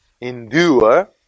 endure